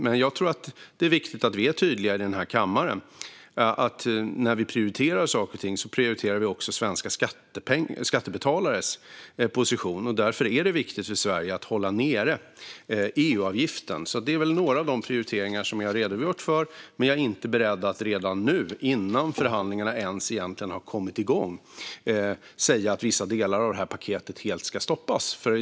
Men jag tror att det är viktigt att vi i den här kammaren är tydliga med att när vi prioriterar saker och ting prioriterar vi också svenska skattebetalares position och att det därför är viktigt för Sverige att hålla nere EU-avgiften. Det är några av de prioriteringar som jag redogjort för. Men jag är inte beredd att redan nu, innan förhandlingarna ens har kommit igång, säga att vissa delar av det här paketet helt ska stoppas.